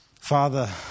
Father